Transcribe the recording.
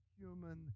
human